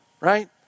Right